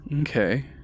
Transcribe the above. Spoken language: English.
Okay